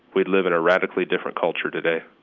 we'd live in a radically different culture, today.